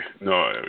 No